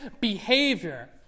behavior